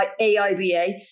AIBA